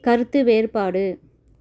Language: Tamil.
கருத்து வேறுபாடு